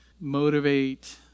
motivate